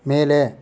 ಮೇಲೆ